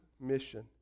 mission